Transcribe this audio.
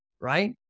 right